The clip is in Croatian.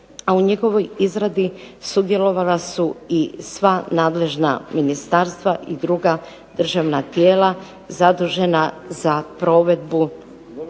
a u njegovoj izradi sudjelovala su i sva nadležna ministarstva i druga državna tijela zadužena za provedbu